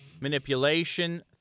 manipulation